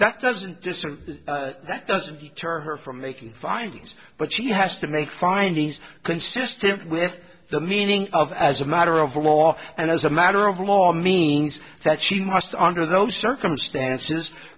that that doesn't deter her from making findings but she has to make findings consistent with the meaning of as a matter of law and as a matter of law means that she must under those circumstances